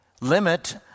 Limit